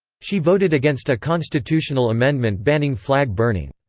she voted against a constitutional amendment banning flag-burning.